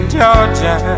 Georgia